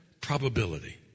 probability